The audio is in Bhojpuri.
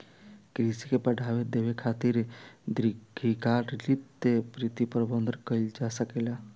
कृषि के बढ़ावा देबे खातिर दीर्घकालिक वित्त प्रबंधन कइल जा सकेला